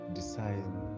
decide